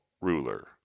ruler